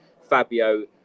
Fabio